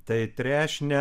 tai trešnę